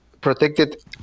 protected